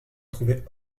trouvait